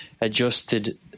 adjusted